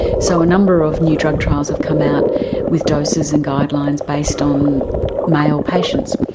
so a number of new drug trials have come out with doses and guidelines based on male patients.